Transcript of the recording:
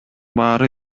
баары